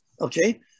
okay